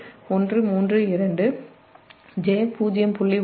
1 j0